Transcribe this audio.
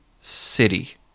city